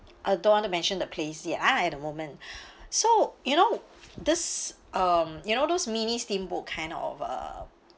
I don't want to mention the place ya ah at the moment so you know this um you know those mini-steamboat kind of a